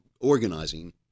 organizing